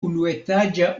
unuetaĝa